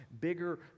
bigger